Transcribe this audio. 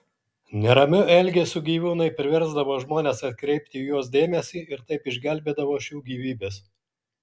neramiu elgesiu gyvūnai priversdavo žmones atkreipti į juos dėmesį ir taip išgelbėdavo šių gyvybes